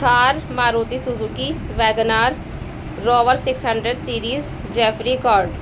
Thar Maruti Suzuki Wagon R rover six hundred series jeffrey card